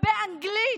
ובאנגלית,